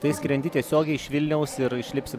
tai skrendi tiesiogiai iš vilniaus ir išlipsi